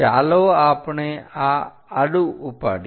તો ચાલો આપણે આ આડુ ઉપાડીએ